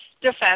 defense